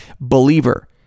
believer